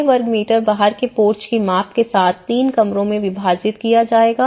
6 वर्ग मीटर बाहर के पोर्च की माप के साथ 3 कमरों में विभाजित किया जाएगा